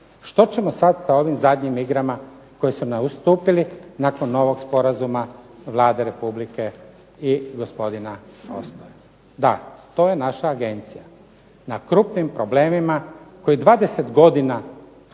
što ćemo sad sa ovim zadnjim igrama koje su nam ustupili nakon ovog sporazuma Vlade Republike i gospodina Ostoje. Da, to je naša agencija. Na krupnim problemima koji 20 godina